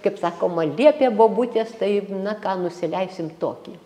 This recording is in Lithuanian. kaip sakoma liepė bobutės tai na ką nusileisim tokį